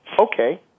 Okay